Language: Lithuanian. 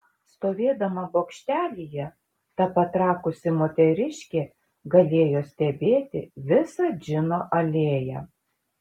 stovėdama bokštelyje ta patrakusi moteriškė galėjo stebėti visą džino alėją